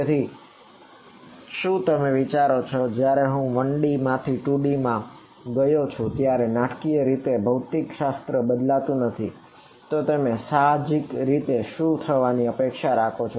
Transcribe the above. તેથી શું તમે વિચારો છો કે જયારે હું 1D માંથી 2D માં ગયો ત્યારે નાટકીય રીતે ભૌતિકશાસ્ત્ર બદલાતું નથી તો તમે સાહજિક રીતે શું થવાની અપેક્ષા રાખો છો